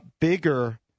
bigger